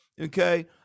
okay